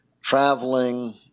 traveling